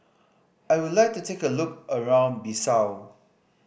I would like to take a look around Bissau